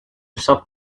soft